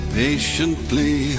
patiently